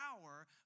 power